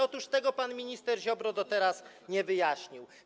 Otóż tego pan minister Ziobro do teraz nie wyjaśnił.